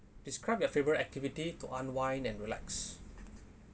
describe your favourite activity to unwind and relax